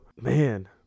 man